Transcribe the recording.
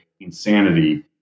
insanity